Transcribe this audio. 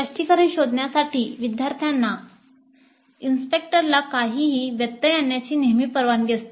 स्पष्टीकरण शोधण्यासाठी विद्यार्थ्यांना इन्स्पेक्टरला कधीही व्यत्यय आणण्याची नेहमी परवानगी असते